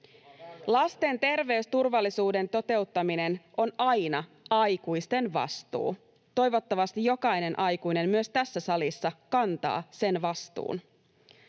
Lasten terveysturvallisuuden toteuttaminen on aina aikuisten vastuu. Toivottavasti jokainen aikuinen myös tässä salissa kantaa sen vastuun.